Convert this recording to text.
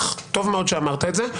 טוב מאוד שאמרת את זה,